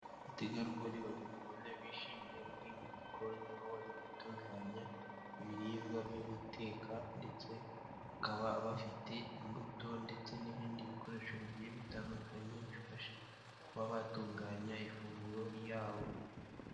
Bategarugori babiri ubona bishimye bari mu gikoni aho bari gutunganya, ibiribwa byo guteka ndetse bakaba bafite imbuto ndetse n'ibindi bikoresho bigiye bitandukanye bifasha kuba batunganya ifunguro ryabo.